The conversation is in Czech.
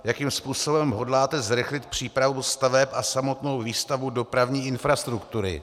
Jakým způsobem hodláte zrychlit přípravu staveb a samotnou výstavbu dopravní infrastruktury?